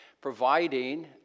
providing